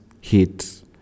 hit